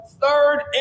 third